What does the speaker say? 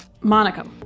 Monica